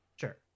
sure